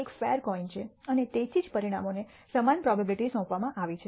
આ એક fair coin છે અને તેથી જ પરિણામોને સમાન પ્રોબેબીલીટી આપવામાં આવે છે